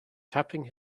tapping